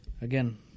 again